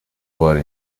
bari